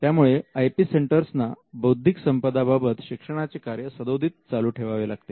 त्यामुळे I P सेंटर्सना बौद्धिक संपदा बाबत शिक्षणाचे कार्य सदोदित चालू ठेवावे लागते